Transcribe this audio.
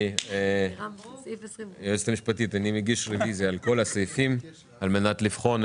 אני אסקור את השינויים העיקריים שביצענו כאן לבקשת חברי